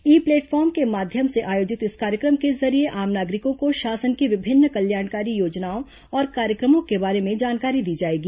ई platform के माध्यम से आयोजित इस कार्य क्र म के जरिये आम नागरिकों को शासन की विभिन्न कल्याणकारी योजनाओं और कार्य क्र मों के बारे में जानकारी दी जाएगी